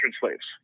slaves